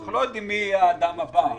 אנחנו לא יודעים מי יהיה האדם הבא,